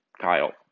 Kyle